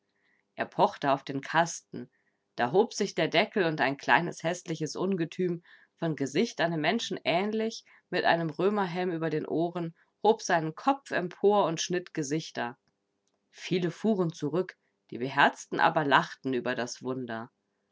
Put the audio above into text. er pochte auf den kasten da hob sich der deckel und ein kleines häßliches ungetüm von gesicht einem menschen ähnlich mit einem römerhelm über den ohren hob seinen kopf empor und schnitt gesichter viele fuhren zurück die beherzten aber lachten über das wunder